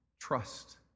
trust